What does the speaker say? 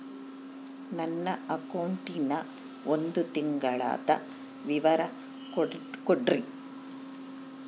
ನನ್ನ ಅಕೌಂಟಿನ ಒಂದು ತಿಂಗಳದ ವಿವರ ಕೊಡ್ರಿ?